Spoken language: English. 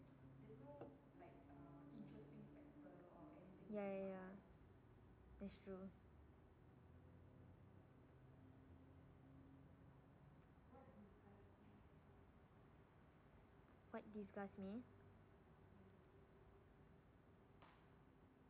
ya ya ya that's true what disgust me